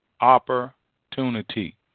opportunity